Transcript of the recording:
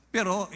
Pero